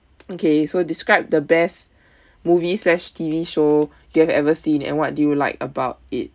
okay so describe the best movie slash T_V show you have ever seen and what do you like about it